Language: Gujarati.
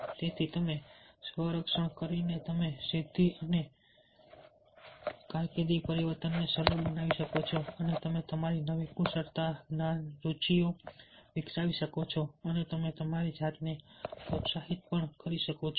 તેથી તમે સ્વ રક્ષણ કરીને તમે સિદ્ધિ અને કારકિર્દી પરિવર્તનને સરળ બનાવી શકો છો અને તમે તમારી નવી કુશળતા જ્ઞાન અને રુચિઓ વિકસાવી શકો છો અને તમે તમારી જાતને પ્રોત્સાહિત પણ કરી શકો છો